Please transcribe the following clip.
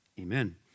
Amen